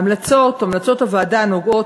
ההמלצות של הוועדה נוגעות,